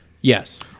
yes